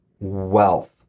wealth